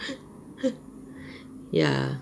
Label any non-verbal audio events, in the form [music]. [laughs] ya